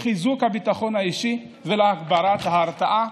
לחיזוק הביטחון האישי ולהגברת ההרתעה.